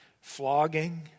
flogging